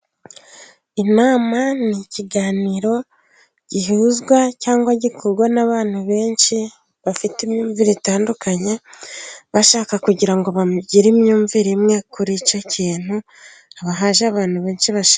Inama ni ikiganiro gihuzwa cyangwa gikorwa n'abantu benshi bafite imyumvire itandukanye, bashaka kugira ngo bagire imyumvire imwe kuri icyo kintu, haba haje abantu benshi bashima.